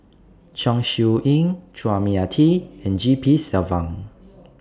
Chong Siew Ying Chua Mia Tee and G P Selvam